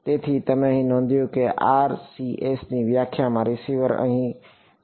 તેથી તમે નોંધ્યું છે કે RCS ની વ્યાખ્યામાં રીસીવર અહીં કોણ છે